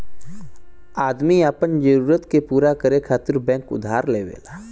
आदमी आपन जरूरत के पूरा करे खातिर बैंक उधार लेवला